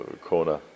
Corner